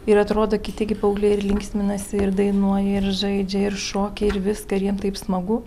ir atrodo kiti gi paaugliai ir linksminasi ir dainuoja ir žaidžia ir šokiai ir viską ir jiem taip smagu